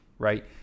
Right